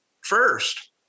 first